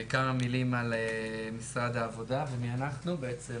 כמה מילים על משרד העבודה ומי אנחנו בעצם